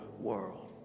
world